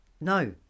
No